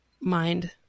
mind